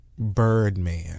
Birdman